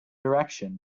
direction